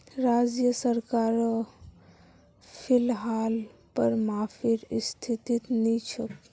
राज्य सरकारो फिलहाल कर माफीर स्थितित नी छोक